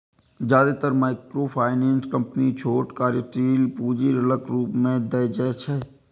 जादेतर microfinance company छोट कार्यशील पूंजी ऋणक रूप मे दै छै